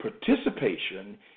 participation